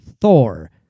Thor